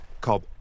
called